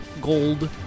Gold